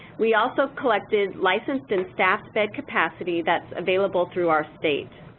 we also collected licensed and staffed bed capacity that's available through our state.